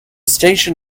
station